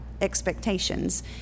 expectations